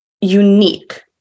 unique